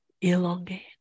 Elongate